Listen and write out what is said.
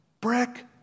brick